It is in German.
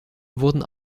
wurden